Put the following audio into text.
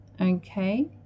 Okay